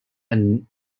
and